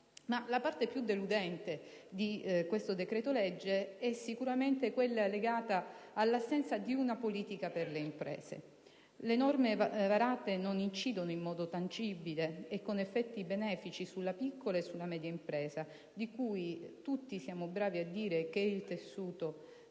Ma la parte più deludente di questo decreto-legge è sicuramente quella legata all'assenza di una politica per le imprese. Le norme varate non incidono in modo tangibile e con effetti benefici sulla piccola e media impresa di cui tutti siamo bravi a dire che è il tessuto